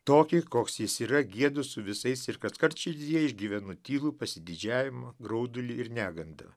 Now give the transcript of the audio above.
tokį koks jis yra giedu su visais ir kaskart širdyje išgyvenu tylų pasididžiavimą graudulį ir neganda